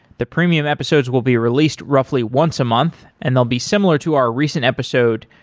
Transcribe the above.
the premium episodes will be released roughly once a month and they'll be similar to our recent episode,